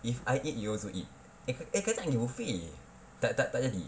if I eat you also eat eh kata kata nak gi buffet tak tak tak jadi